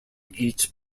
each